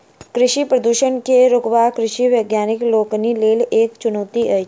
कृषि प्रदूषण के रोकब कृषि वैज्ञानिक लोकनिक लेल एक चुनौती अछि